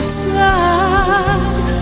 sad